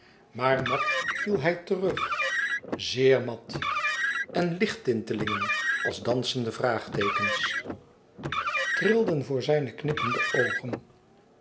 maar mat viel hij terug zeer mat en lichttintelingen als dansende vraagteekens trilden voor zijne knippende oogen